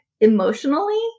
emotionally